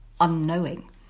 unknowing